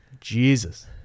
Jesus